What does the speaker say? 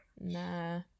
Nah